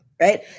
Right